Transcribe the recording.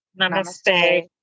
Namaste